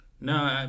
No